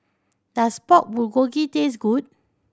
does Pork Bulgogi taste good